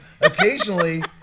occasionally